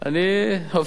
עובדים.